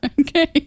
Okay